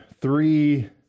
three